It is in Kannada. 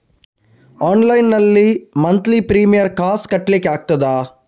ಆನ್ಲೈನ್ ನಲ್ಲಿ ಮಂತ್ಲಿ ಪ್ರೀಮಿಯರ್ ಕಾಸ್ ಕಟ್ಲಿಕ್ಕೆ ಆಗ್ತದಾ?